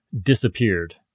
disappeared